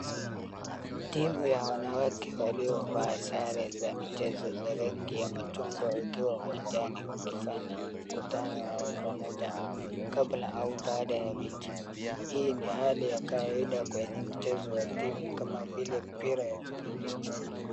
Timu ya wanawake waliovaa sare za michezo za rangi ya machungwa wakiwa uwanjani wakifanya mkutano wao pamoja kabla au baada ya mechi hii ni hali ya kawaida kwenye mchezo ya timu kama vile mpira ya miguu.